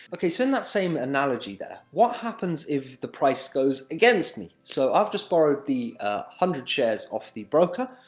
okay, so in that same analogy there, what happens if the price goes against me? so, i've just borrowed the one ah hundred shares off the broker,